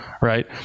right